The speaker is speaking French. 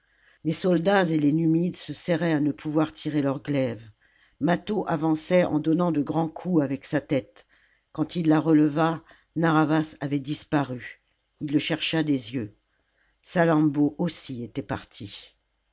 les soldats et les numides se serraient à ne pouvoir tirer leurs glaives mâtho avançait en donnant de grands coups avec sa tête quand il la releva narr'havas avait disparu il le chercha des yeux salammbô aussi était partie